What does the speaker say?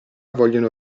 vogliono